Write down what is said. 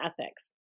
ethics